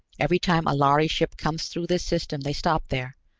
every time a lhari ship comes through this system they stop there,